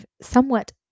somewhat